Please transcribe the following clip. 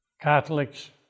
Catholics